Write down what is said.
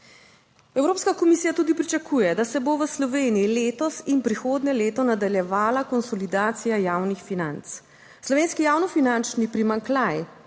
Evropska komisija tudi pričakuje, da se bo v Sloveniji letos in prihodnje leto nadaljevala konsolidacija javnih financ. Slovenski javno finančni primanjkljaj